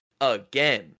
again